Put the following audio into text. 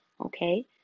okay